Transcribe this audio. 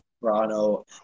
Toronto